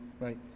right